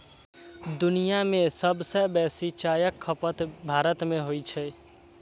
दुनिया मे सबसं बेसी चायक खपत भारत मे होइ छै